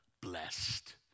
blessed